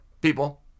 people